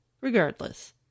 Regardless